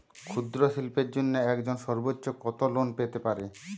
ক্ষুদ্রশিল্পের জন্য একজন সর্বোচ্চ কত লোন পেতে পারে?